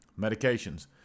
Medications